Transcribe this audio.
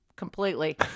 Completely